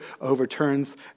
overturns